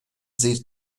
sie